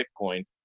Bitcoin